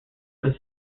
was